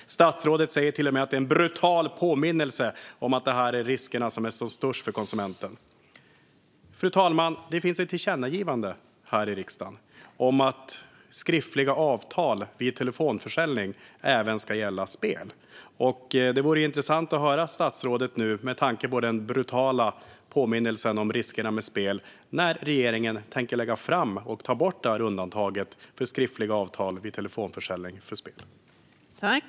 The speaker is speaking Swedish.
Statsrådet säger till och med att det är en brutal påminnelse om att detta är risker som är som störst för konsumenten. Fru talman! Det finns ett tillkännagivande från riksdagen om att skriftliga avtal vid telefonförsäljning även ska gälla spel. Med tanke på den brutala påminnelsen om riskerna med spel vore det intressant att höra när regeringen tänker lägga fram ett förslag om att ta bort undantaget för skriftliga avtal vid telefonförsäljning när det gäller spel.